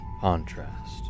contrast